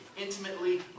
intimately